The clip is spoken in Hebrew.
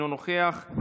אינו נוכח,